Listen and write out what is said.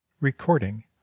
Recording